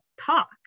talk